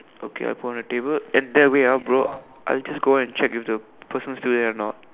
okay on the table and then wait ah bro I just check if the person is still there anot